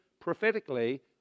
prophetically